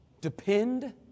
depend